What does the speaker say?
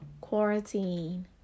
quarantine